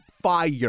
fire